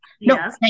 No